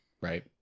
Right